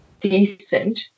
decent